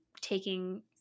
taking